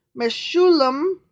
Meshulam